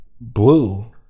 blue